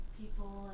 people